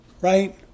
Right